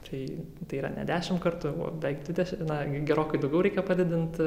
tai yra ne dešimt kartų o beveik dvi na gerokai daugiau reikia padidint